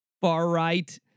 far-right